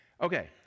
okay